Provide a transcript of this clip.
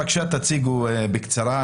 בבקשה, תציגו בקצרה.